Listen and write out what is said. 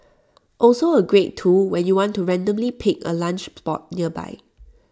also A great tool when you want to randomly pick A lunch spot nearby